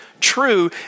true